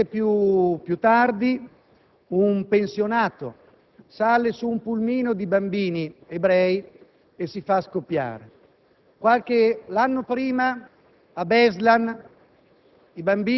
Qualche mese più tardi un pensionato sale su un pulmino di bambini ebrei e si fa scoppiare. L'anno prima, a Beslan,